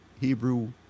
Hebrew